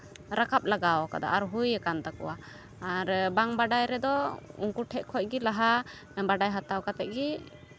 ᱨᱟᱠᱟᱵᱽ ᱞᱟᱜᱟᱣ ᱠᱟᱫᱟ ᱟᱨ ᱦᱩᱭ ᱟᱠᱟᱱ ᱛᱟᱠᱚᱣᱟ ᱟᱨ ᱵᱟᱝ ᱵᱟᱰᱟᱭ ᱨᱮᱫᱚ ᱩᱱᱠᱩ ᱴᱷᱮᱱ ᱠᱷᱚᱡᱜᱮ ᱞᱟᱦᱟ ᱵᱟᱰᱟᱭ ᱦᱟᱛᱟᱣ ᱠᱟᱛᱮᱫ ᱜᱮ